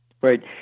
Right